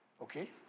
okay